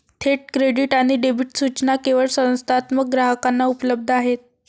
थेट क्रेडिट आणि डेबिट सूचना केवळ संस्थात्मक ग्राहकांना उपलब्ध आहेत